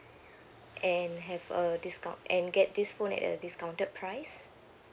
and have a discount and get this phone at a discounted price